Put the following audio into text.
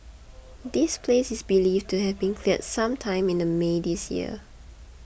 the place is believed to have been cleared some time in the May this year